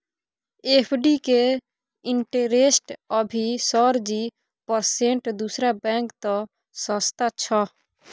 FD के interest अभी sir की परसेंट दूसरा बैंक त सस्ता छः?